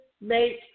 make